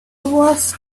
was